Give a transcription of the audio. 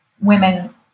women